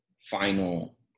final